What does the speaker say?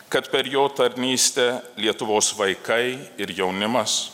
kad per jo tarnystę lietuvos vaikai ir jaunimas